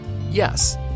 Yes